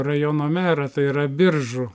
rajono merą tai yra biržų